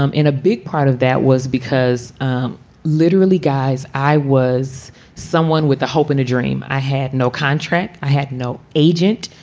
um in a big part of that was because literally, guys, i was someone with the hope and a dream. i had no contract. i had no agent.